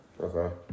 Okay